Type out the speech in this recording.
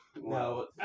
No